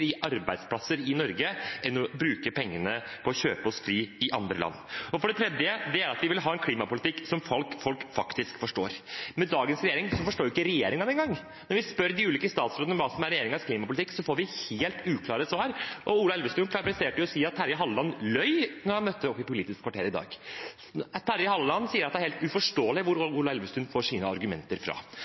i arbeidsplasser i Norge enn å bruke pengene på å kjøpe oss fri i andre land. Og for det tredje vil vi ha en klimapolitikk som folk faktisk forstår. Med dagens regjering forstår ikke regjeringen det engang. Når vi spør de ulike statsrådene hva som er regjeringens klimapolitikk, får vi helt uklare svar. Ola Elvestuen presterte å si at Terje Halleland løy da han møtte opp i Politisk kvarter i dag. Terje Halleland sier at det er helt uforståelig hvor Ola Elvestuen får sine argumenter fra.